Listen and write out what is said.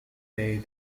day